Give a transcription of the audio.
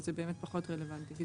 זה באמת פחות רלוונטי.